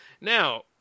Now